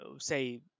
say